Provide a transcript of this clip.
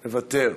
מוותר,